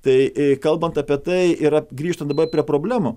tai kalbant apie tai yra grįžtant prie problemų